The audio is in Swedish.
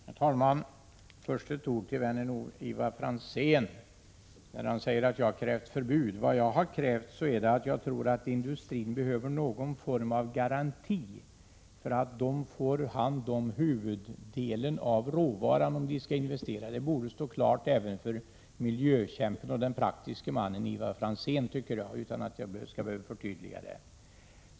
Herr talman! Först vill jag säga några ord till vännen Ivar Franzén med anledning av att han hävdade att jag har krävt ett förbud. Jag har sagt att jag tror att industrin behöver någon form av garanti för att den får ta hand om huvuddelen av råvaran om den skall kunna göra investeringar. Det borde stå klart även för miljökämpen och den praktiske mannen Ivar Franzén, tycker jag, utan att jag skall behöva förtydliga detta.